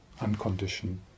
Unconditioned